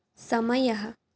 समयः